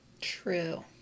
True